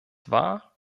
war